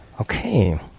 Okay